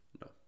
no